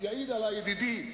על השני.